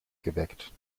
geweckt